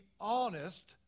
honest